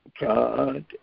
God